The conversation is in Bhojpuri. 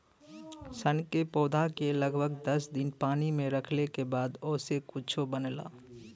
सन के पौधा के लगभग दस दिन पानी में रखले के बाद ओसे कुछो बनला